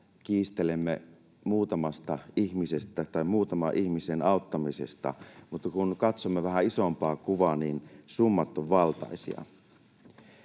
kiistelemme muutaman ihmisen auttamisesta, mutta kun katsomme vähän isompaa kuvaa, niin summat ovat valtaisia.